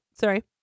sorry